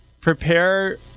Prepare